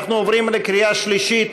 אנחנו עוברים לקריאה שלישית.